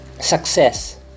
success